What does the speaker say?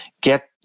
get